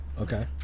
Okay